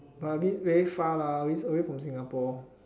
but a bit very far lah away away from Singapore